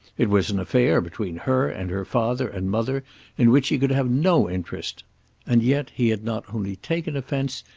it was an affair between her and her father and mother in which he could have no interest and yet he had not only taken offence,